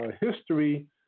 history